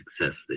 success